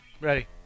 Ready